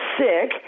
sick